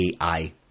AI